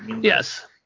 Yes